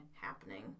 happening